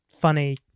funny